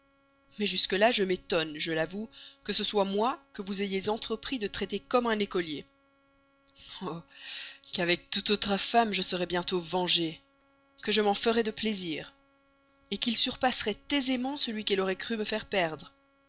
mais jusque là je m'étonne je l'avoue que ce soit moi que vous ayez entrepris de traiter comme un écolier oh qu'avec toute autre femme je serais bientôt vengé que je m'en ferais de plaisir qu'il surpasserait aisément celui qu'elle aurait cru me faire perdre